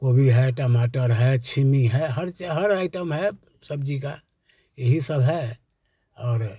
गोभी है टमाटर है छीमी है हर चे हर आइटम है सब्ज़ी का यही सब है और